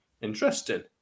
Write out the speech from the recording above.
Interesting